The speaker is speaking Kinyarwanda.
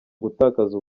gutakaza